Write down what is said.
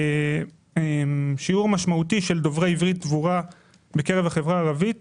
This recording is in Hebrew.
רואים הבדל משמעותי של דוברי עברית דבורה בקרב החברה הערבית